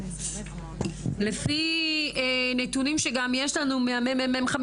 לפי נתונים שיש לנו גם מהממ"מ,